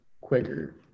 quicker